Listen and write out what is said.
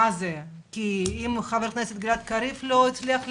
אם חבר הכנסת גלעד קריב לא הצליח להבין,